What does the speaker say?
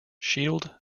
shield